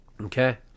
Okay